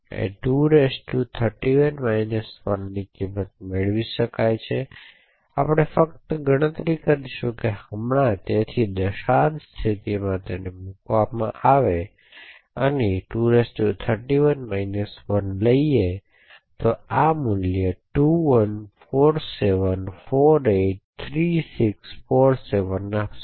તેથી 2 31 1 ની કિંમત મેળવી શકાય છે આપણે ફક્ત ગણતરી કરીશું કે હમણાં તેથી તે દશાંશ સ્થિતિમાં મૂકવામાં આવે છે અને 2 31 1 લઈએ છીએ જે આ મૂલ્ય 2147483647 આપશે